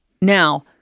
Now